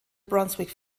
brunswick